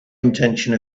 intention